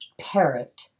parrot